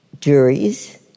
juries